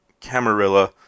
Camarilla